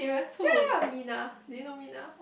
ye ye ye Mina do you know Mina